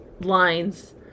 lines